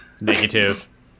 Negative